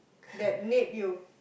that need you